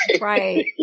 Right